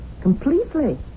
Completely